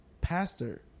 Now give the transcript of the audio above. pastor